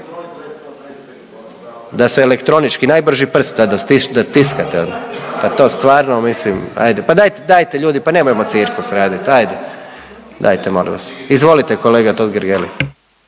Da se elektronički, najbrži prst, šta da tiskate, pa to stvarno mislim ajde, pa dajte, dajte ljudi, pa nemojmo cirkus radit, ajde, dajte molim vas. Izvolite kolega Totgergeli.